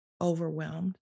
overwhelmed